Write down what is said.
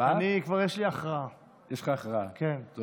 לי כבר יש הכרעה, אתה